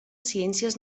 ciències